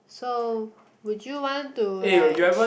so would you want to like